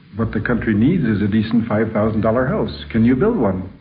what the country needs is a decent five thousand dollars house, can you build one?